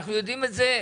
אנחנו יודעים את זה,